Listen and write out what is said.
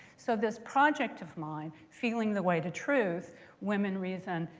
so this project of mine, feeling the way to truth women, reason,